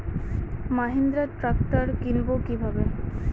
Mahindra tractor কিনবো কি ভাবে?